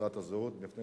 בתעודת הזהות, מפני